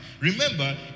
Remember